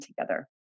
together